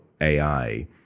AI